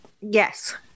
Yes